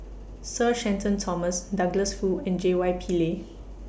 Sir Shenton Thomas Douglas Foo and J Y Pillay